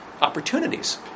opportunities